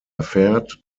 erfährt